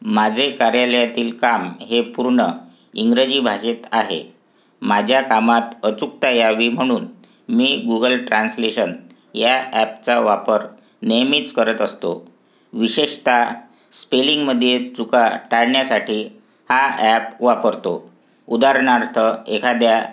माझे कार्यालयातील काम हे पूर्ण इंग्रजी भाषेत आहे माझ्या कामात अचूकता यावी म्हणून मी गुगल ट्रान्सलेशन या ॲपचा वापर नेहमीच करत असतो विशेषतः स्पेलिंगमध्ये चुका टाळण्यासाठी हा ॲप वापरतो उदाहरणार्थ एखाद्या